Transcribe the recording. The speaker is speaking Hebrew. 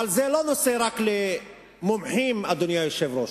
אבל זה לא נושא רק למומחים, אדוני היושב-ראש.